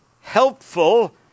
helpful